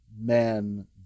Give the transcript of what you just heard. men